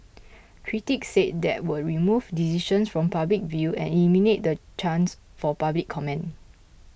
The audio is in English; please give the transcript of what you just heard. critics said that would remove decisions from public view and eliminate the chance for public comment